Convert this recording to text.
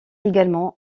également